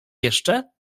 jeszcze